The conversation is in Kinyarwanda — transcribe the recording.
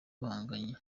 bahanganye